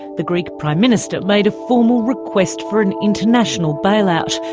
the greek prime minister made a formal request for an international bailout,